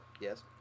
Yes